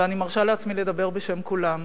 ואני מרשה לעצמי לדבר בשם כולם,